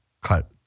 cut